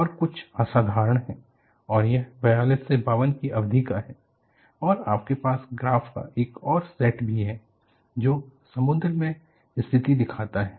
यह कुछ असाधारण है और यह 42 से 52 की अवधि का है और आपके पास ग्राफ़ का एक और सेट भी है जो समुद्र में स्थिति दिखाता है